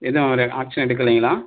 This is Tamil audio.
எதுவும் அவர் ஆக்ஷன் எடுக்கலைங்களா